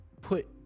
put